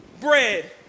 bread